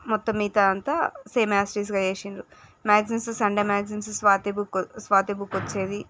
మొత్తం మిగితా అంతా సేమ్ యాజ్ టీజ్గా చేసినారు maximum Sunday magazines Swati book Swati book వచ్చేది